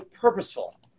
purposeful